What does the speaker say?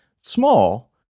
small